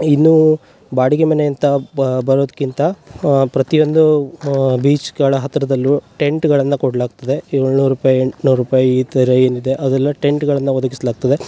ಇನ್ನು ಬಾಡಿಗೆ ಮನೆಯಂತ ಬರೋದ್ಕಿಂತ ಪ್ರತಿಯೊಂದು ಬೀಚ್ಗಳ ಹತ್ರದಲ್ಲೂ ಟೆಂಟ್ಗಳನ್ನ ಕೊಡ್ಲಾಗ್ತದೆ ಏಳುನೂರು ರೂಪಾಯಿ ಎಂಟ್ನೂರು ರೂಪಾಯಿ ಈ ಥರ ಏನಿದೆ ಅದೆಲ್ಲ ಟೆಂಟ್ಗಳನ್ನ ಒದಗಿಸ್ಲಾಗ್ತದೆ